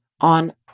on